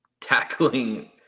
tackling